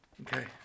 Okay